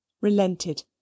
relented